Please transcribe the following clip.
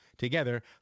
Together